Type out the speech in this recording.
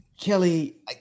Kelly